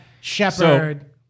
Shepard